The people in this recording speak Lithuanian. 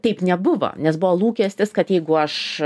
taip nebuvo nes buvo lūkestis kad jeigu aš